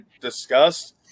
discussed